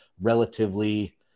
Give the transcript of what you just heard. relatively